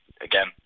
again